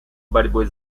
борьбой